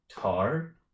Tar